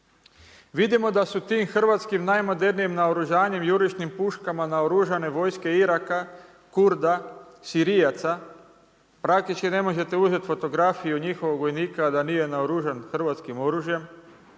vidimo da su tim hrvatskim najmodernijim naoružanjem, jurišnim puškama naoružane vojske Iraka, Kurda, Sirijaca praktički ne možete uzeti fotografiju njihovog vojnika, a da nije naoružan hrvatskim oružjem.